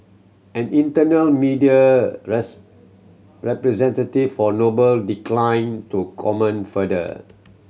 an external media representative for Noble declined to comment further